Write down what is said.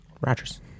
Rogers